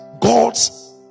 God's